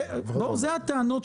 ראיתי אותו בטלוויזיה כמה פעמים.